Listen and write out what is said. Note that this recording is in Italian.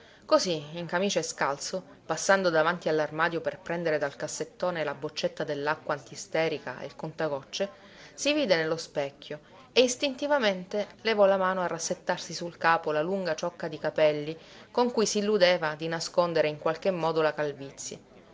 così in camicia e scalzo passando davanti all'armadio per prendere dal cassettone la boccetta dell'acqua antisterica e il contagocce si vide nello specchio e istintivamente levò la mano a rassettarsi sul capo la lunga ciocca di capelli con cui s'illudeva di nascondere in qualche modo la calvizie